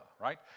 right